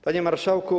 Panie Marszałku!